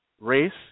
race